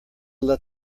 let